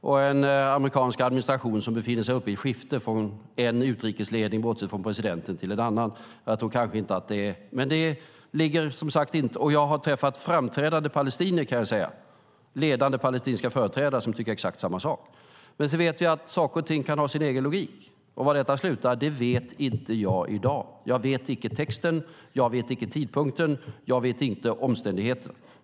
Det är en amerikansk administration som befinner sig i ett skifte från en utrikesledning, bortsett från presidenten, till en annan. Jag kan säga att jag har träffat ledande palestinska företrädare som tycker exakt samma sak. Men vi vet att saker och ting kan ha sin egen logik. Var detta slutar vet inte jag i dag. Jag vet icke texten. Jag vet icke tidpunkten. Jag vet inte omständigheterna.